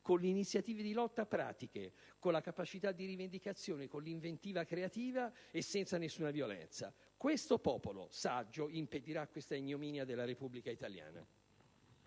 con le iniziative di lotta pratiche, con la capacità di rivendicazione, con l'inventiva creativa e senza nessuna violenza. Questo popolo saggio impedirà questa ignominia della Repubblica italiana.